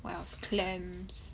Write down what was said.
what else clams